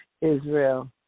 Israel